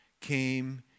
came